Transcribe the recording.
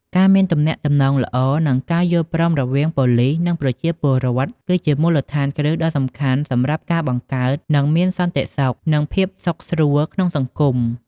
ការមានទំនាក់ទំនងល្អ និងការយល់ព្រមរវាងប៉ូលីស និងប្រជាពលរដ្ឋ គឺជាមូលដ្ឋានគ្រឹះដ៏សំខាន់សម្រាប់ការបង្កើត និងមានសន្តិសុខ និងភាពសុខស្រួលក្នុងសង្គម។